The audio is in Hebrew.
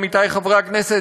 עמיתי חברי הכנסת,